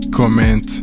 comment